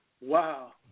Wow